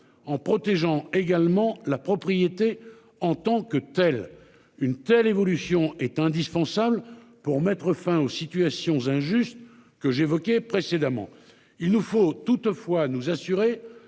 en protégeant également la propriété en tant que telle, une telle évolution est indispensable pour mettre fin aux situations injustes que j'évoquais précédemment. Il nous faut toutefois nous assurer